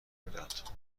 میداد